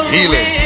Healing